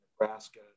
Nebraska